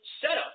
setup